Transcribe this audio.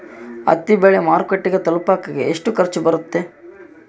ಹತ್ತಿ ಬೆಳೆ ಮಾರುಕಟ್ಟೆಗೆ ತಲುಪಕೆ ಎಷ್ಟು ಖರ್ಚು ಬರುತ್ತೆ?